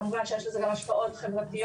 כמובן שיש לזה גם השפעות חברתיות,